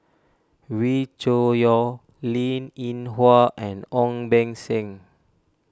Wee Cho Yaw Linn in Hua and Ong Beng Seng